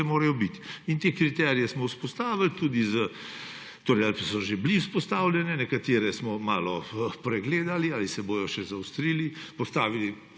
morajo biti. Te kriterije smo vzpostavili, torej so že bili vzpostavljeni, nekatere smo malo pregledali, ali se bodo še zaostrili, postavili,